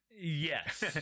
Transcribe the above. Yes